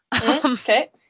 okay